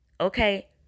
Okay